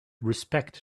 respect